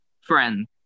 Friends